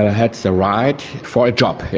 ah had the right for a job,